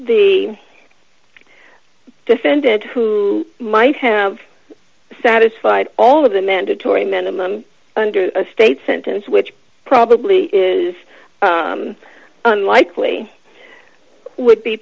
the defendant who might have satisfied all of the mandatory minimum under a state sentence which probably is unlikely would be